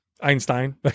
Einstein